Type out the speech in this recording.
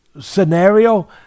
scenario